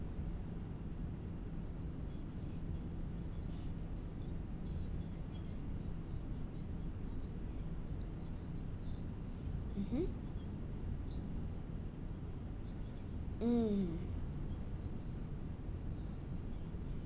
mmhmm mm